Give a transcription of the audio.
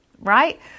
right